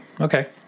Okay